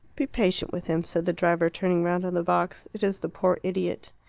be patient with him, said the driver, turning round on the box. it is the poor idiot.